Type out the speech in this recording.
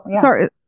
sorry